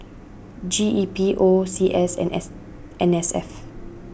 G E P O C S and S N S F